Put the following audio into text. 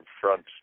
front